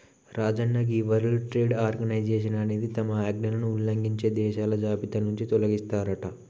రాజన్న గీ world trade organization అనేది తమ ఆజ్ఞలను ఉల్లంఘించే దేశాల జాబితా నుంచి తొలగిస్తారట